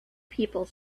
people